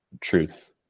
truth